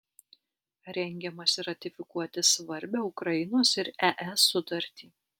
rengiamasi ratifikuoti svarbią ukrainos ir es sutartį